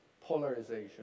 polarization